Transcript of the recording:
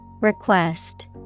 Request